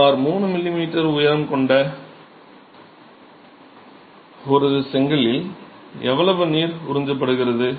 சுமார் 3 mm உயரம் கொண்ட தட்டில் ஒரு செங்கலில் எவ்வளவு நீர் உறிஞ்சப்படுகிறது